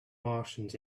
martians